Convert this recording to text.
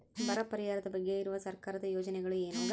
ಬರ ಪರಿಹಾರದ ಬಗ್ಗೆ ಇರುವ ಸರ್ಕಾರದ ಯೋಜನೆಗಳು ಏನು?